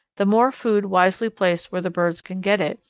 the more food wisely placed where the birds can get it,